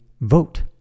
vote